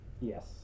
Yes